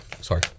sorry